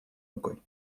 рукой